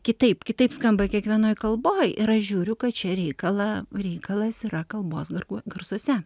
kitaip kitaip skamba kiekvienoj kalboj ir aš žiūriu kad čia reikalą reikalas yra kalbos garsuose